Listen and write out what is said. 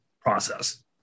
process